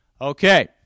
Okay